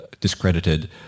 discredited